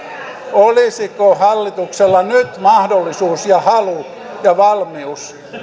olisiko hallituksella nyt mahdollisuus ja halu ja valmius